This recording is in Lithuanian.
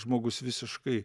žmogus visiškai